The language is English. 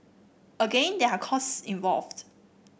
again there are costs involved